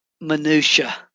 minutia